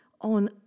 on